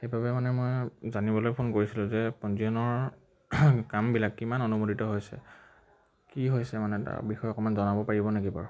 সেইবাবে মানে মই জানিবলৈ ফোন কৰিছিলোঁ যে পঞ্জীয়নৰ কামবিলাক কিমান অনুমোদিত হৈছে কি হৈছে মানে তাৰ বিষয়ে অকণমান জনাব পাৰিব নেকি বাৰু